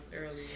earlier